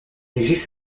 existe